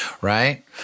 Right